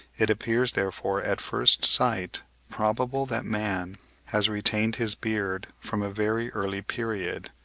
it appears therefore at first sight probable that man has retained his beard from a very early period,